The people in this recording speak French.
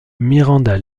miranda